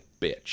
bitch